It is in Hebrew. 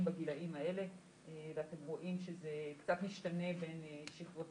בגילאים האלה ואתם רואים שזה קצת משתנה בין שכבות